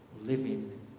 living